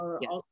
Yes